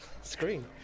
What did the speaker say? screen